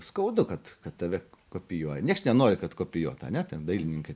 skaudu kad kad tave kopijuoja nieks nenori kad kopijuot ane ten dailininkai